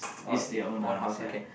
oh it old house okay